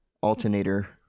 alternator